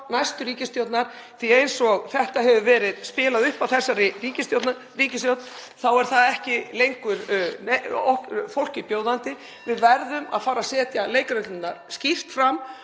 næstu ríkisstjórnar, því að eins og þetta hefur verið spilað upp af þessari ríkisstjórn þá er það ekki lengur fólki bjóðandi. (Forseti hringir.) Við verðum að fara að setja leikreglurnar skýrt fram